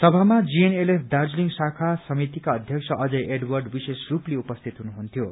सभामा जीएनएलएफ दार्जीलिङ शाखा समितिका अध्यक्ष अजय एडवर्ड विशेषस्पले उपस्थित हुनुहुन्थ्यो